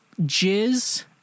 jizz